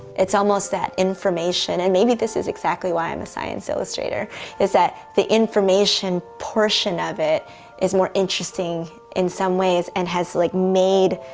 it's almost that information, and maybe this is exactly why i am a science illustrator is that the information portion of it is more interesting in some ways, and has like made